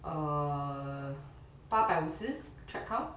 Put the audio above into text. err 八百五十 thread count